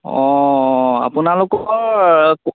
অ আপোনালোকৰ